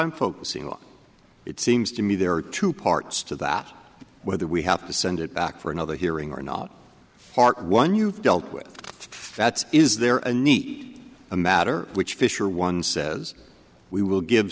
i'm focusing on it seems to me there are two parts to that whether we have to send it back for another hearing or not part one you've dealt with that's is there a neat a matter which fisher one says we will give